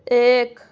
ایک